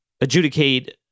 adjudicate